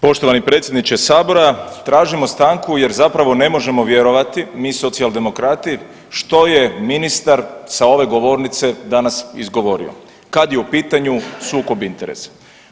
Poštovani predsjedniče sabora, tražimo stanku jer zapravo ne možemo vjerovati mi Socijaldemokrati što je ministar sa ove govornice danas izgovorio kad je u pitanju sukob interesa.